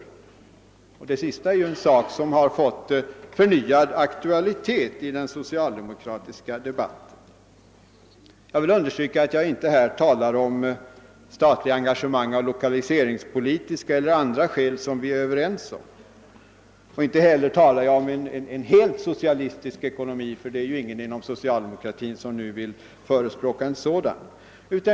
Det sistnämnda är ju en sak som har fått förnyad aktualitet i den socialdemokratiska debatten. Jag vill understryka att jag inte här talar om statliga engagemang av lokaliseringspolitiska eller andra skäl, som vi är överens om, och inte heller talar jag om en helt socialistisk ekonomi — det är väl ingen inom socialdemokratin som nu vill förespråka en sådan.